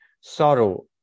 sorrow